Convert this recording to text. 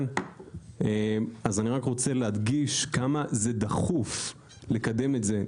אני רוצה להדגיש כמה זה חשוב לקדם את זה.